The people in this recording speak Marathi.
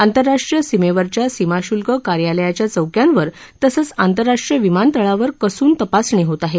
आंतरराष्ट्रीय सीमेवरच्या सीमाश्ल्क कार्यालयाच्या चौक्यांवर तसंच आंतरराष्ट्रीय विमानतळावर कसून तपासणी होत आहे